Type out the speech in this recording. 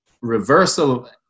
reversal